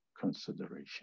consideration